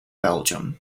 belgium